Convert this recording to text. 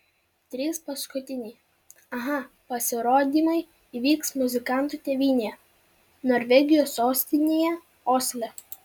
trys paskutiniai aha pasirodymai įvyks muzikantų tėvynėje norvegijos sostinėje osle